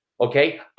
Okay